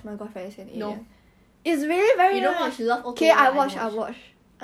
!wah! 我鼻子你 lah 你传染什么给我